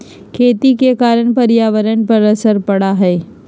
खेती के कारण पर्यावरण पर असर पड़ा हई